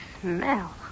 smell